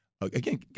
again